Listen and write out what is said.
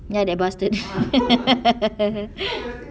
ya that bastard